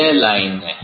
यह लाइन है